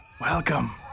welcome